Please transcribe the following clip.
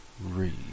read